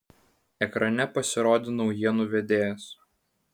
ekrane pasirodė naujienų vedėjas